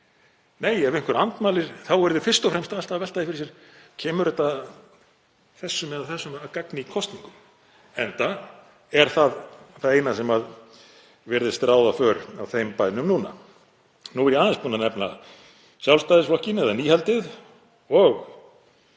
Nei, ef einhver andmælir þá eru þeir fyrst og fremst að velta fyrir sér hvort það komi þessum eða þessum að gagni í kosningum, enda það eina sem virðist ráða för á þeim bænum núna. Nú er ég aðeins búinn að nefna Sjálfstæðisflokkinn eða nýhaldið og